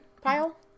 Pile